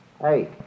Hey